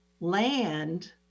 land